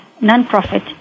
non-profit